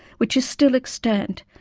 which is still extant,